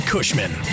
Cushman